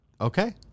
Okay